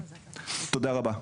תודה רבה.